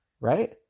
right